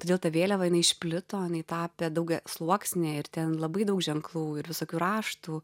todėl ta vėliava jinai išplito jinai tapė daugiasluoksnė ir ten labai daug ženklų ir visokių raštų